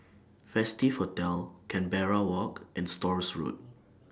Festive Hotel Canberra Walk and Stores Road